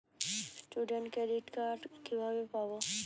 Student credit card কিভাবে পাব?